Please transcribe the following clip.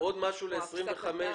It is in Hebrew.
מניעה או הפסקה.